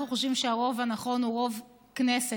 אנחנו חושבים שהרוב הנכון הוא רוב הכנסת,